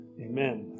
amen